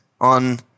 on